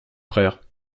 frère